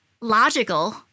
logical